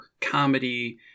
comedy